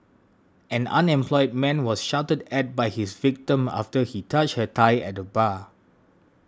an unemployed man was shouted at by his victim after he touched her thigh at the bar